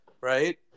right